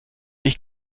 dich